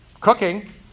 cooking